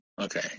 Okay